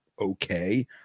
okay